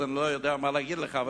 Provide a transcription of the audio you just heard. אז אני לא יודע מה להגיד לך.